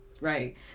Right